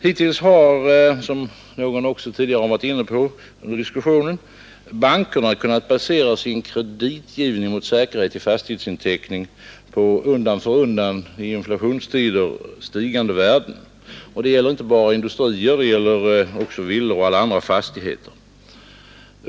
Hittills har, som någon också tidigare varit inne på under diskussionen, bankerna kunnat basera sin kreditgivning mot säkerhet i fastighetsinteckning på undan för undan i inflationstider stigande värden. Det gäller inte bara industrier, det gäller också villor och alla andra fastigheter.